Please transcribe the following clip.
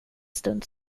stund